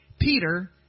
Peter